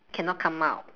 cannot come out